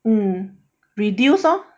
mm reduce lor